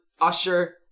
usher